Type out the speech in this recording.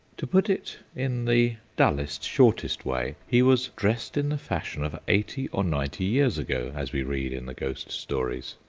to put it in the dullest, shortest way, he was dressed in the fashion of eighty or ninety years ago, as we read in the ghost stories.